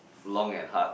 long and hard